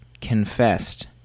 confessed